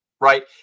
right